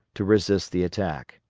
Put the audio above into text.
to resist the attack.